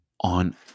on